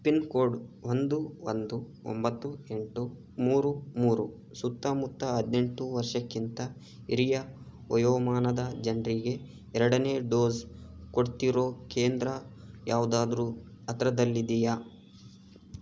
pin code ಒಂದು ಒಂದು ಒಂಬತ್ತು ಎಂಟು ಮೂರು ಮೂರು ಸುತ್ತಮುತ್ತ ಹದಿನೆಂಟು ವರ್ಷಕ್ಕಿಂತ ಹಿರಿಯ ವಯೋಮಾನದ ಜನರಿಗೆ ಎರಡನೇ ಡೋಸ್ ಕೊಡ್ತಿರೋ ಕೇಂದ್ರ ಯಾವ್ದಾದ್ರೂ ಹತ್ರದಲ್ಲಿದ್ಯಾ